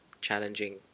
challenging